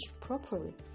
properly